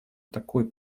такой